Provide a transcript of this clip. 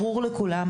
ברור לכולם,